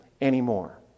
anymore